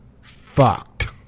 fucked